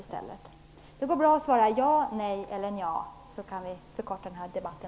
Det går bra att svara ja, nej eller nja, så kan vi förkorta den här debatten.